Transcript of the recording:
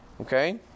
Okay